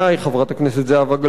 חברת הכנסת זהבה גלאון,